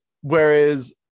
Whereas